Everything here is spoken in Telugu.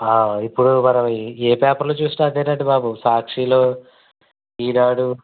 ఇప్పుడు మనం ఏ పేపర్లో చూసినా అదేనండి బాబు సాక్షిలో ఈనాడు